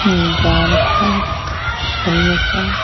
Jharkhand Orissa